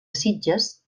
sitges